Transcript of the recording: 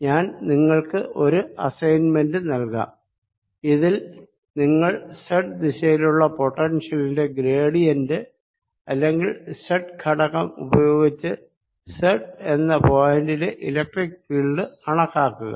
ഞാൻ നിങ്ങൾക്ക് ഒരു അസ്സൈന്മെന്റ് നൽകാം ഇതിൽ നിങ്ങൾ z ദിശയിലുള്ള പൊട്ടൻഷ്യലിന്റെ ഗ്രേഡിയന്റ് അല്ലെങ്കിൽ അതിന്റെ z ഘടകം ഉപയോഗിച്ച് z എന്ന പോയിന്റിലെ ഇലക്ട്രിക്ക് ഫീൽഡ് കണക്കാക്കുക